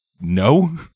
no